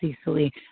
easily